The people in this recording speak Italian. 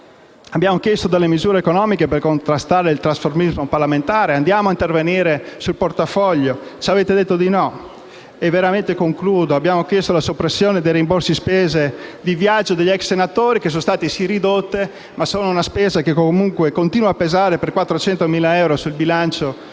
Abbiamo chiesto delle misure economiche per contrastare il trasformismo parlamentare andando a intervenire sul portafoglio, ma ci avete detto di no. Abbiamo chiesto la soppressione dei rimborsi spese di viaggio degli ex senatori, che sono state sì ridotte, ma continuano a pesare per 400.000 euro sul bilancio